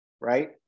right